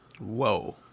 Whoa